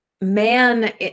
man